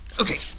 okay